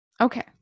Okay